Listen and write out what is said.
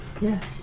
Yes